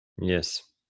Yes